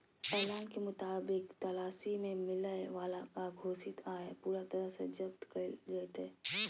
ऐलान के मुताबिक तलाशी में मिलय वाला अघोषित आय पूरा तरह से जब्त कइल जयतय